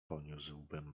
poniósłbym